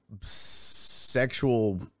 sexual